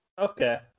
okay